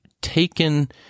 taken